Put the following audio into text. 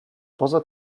poza